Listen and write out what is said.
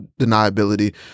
deniability